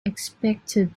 expected